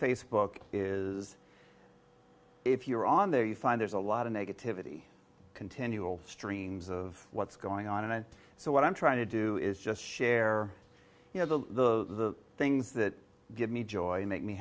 facebook is if you're on the air you find there's a lot of negativity continual streams of what's going on and i so what i'm trying to do is just share you know the things that give me joy and make me